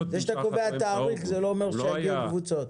זה שאתה קובע תאריך לא אומר שיגיעו קבוצות.